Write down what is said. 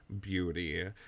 beauty